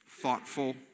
Thoughtful